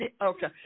okay